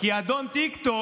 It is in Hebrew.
כי אדון טיקטוק